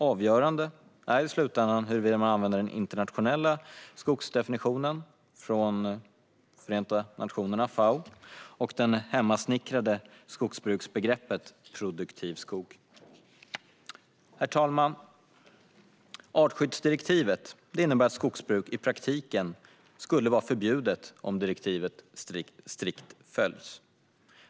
Avgörande är i slutändan huruvida man använder den internationella skogsdefinitionen från Förenta nationerna, FAO, eller det hemmasnickrade skogsbruksbegreppet - produktiv skog. Herr talman! Artskyddsdirektivet innebär att skogsbruk i praktiken skulle vara förbjudet om direktivet strikt följdes.